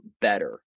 better